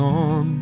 on